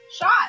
shot